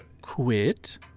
quit